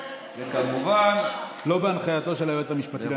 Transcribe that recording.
לא בהנחייתו של היועץ המשפטי לממשלה.